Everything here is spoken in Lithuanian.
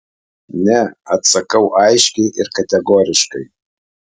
ne atsakau aiškiai ir kategoriškai